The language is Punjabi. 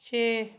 ਛੇ